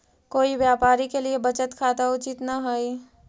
कोई व्यापारी के लिए बचत खाता उचित न हइ